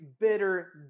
bitter